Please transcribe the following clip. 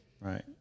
Right